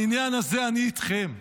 בעניין הזה אני איתכם.